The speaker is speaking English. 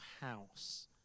house